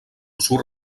surt